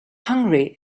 hungry